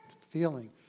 feeling